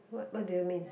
what what do you mean